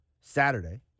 Saturday